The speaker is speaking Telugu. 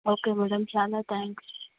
ఓకే మేడమ్ చాలా థాంక్స్